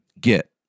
get